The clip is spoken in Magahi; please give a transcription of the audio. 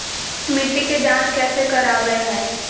मिट्टी के जांच कैसे करावय है?